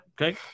Okay